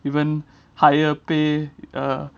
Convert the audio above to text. even higher pay uh